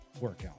workout